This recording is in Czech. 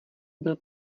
byl